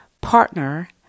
partner